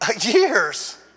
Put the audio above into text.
Years